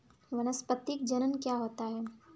वानस्पतिक जनन क्या होता है?